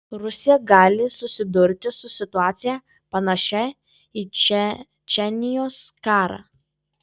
rusija gali susidurti su situacija panašia į čečėnijos karą